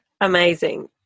Amazing